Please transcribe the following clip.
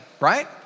right